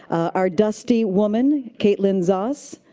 our dusty woman, caitlin zoss.